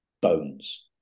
bones